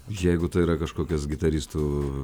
jeigu tai yra kažkokios gitaristų